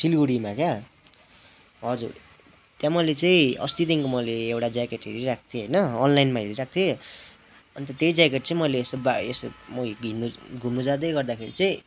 सिलगढीमा क्या हजुर त्यहाँ मैले चाहिँ अस्तिदेखिको मैले एउटा ज्याकेट हेरिरहेको थिएँ होइन आनलाइनमा हेरिरहेको थिएँ अन्त त्यही ज्याकेट चाहिँ मैले यसो बा यसो म हिँड्नु घुम्नु जाँदै गर्दाखेरि चाहिँ